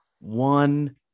one